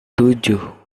tujuh